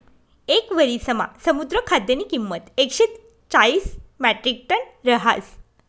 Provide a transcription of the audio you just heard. येक वरिसमा समुद्र खाद्यनी किंमत एकशे चाईस म्याट्रिकटन रहास